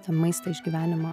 tą maistą išgyvenimą